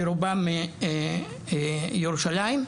שרובם מירושלים?